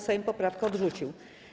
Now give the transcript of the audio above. Sejm poprawkę odrzucił.